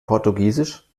portugiesisch